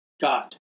God